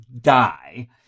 die